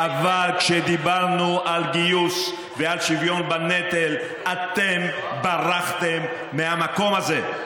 אבל כשדיברנו על גיוס ועל שוויון בנטל אתם ברחתם מהמקום הזה.